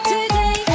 Today